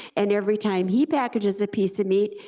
and every time he packages a piece of meat,